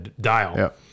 dial